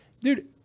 dude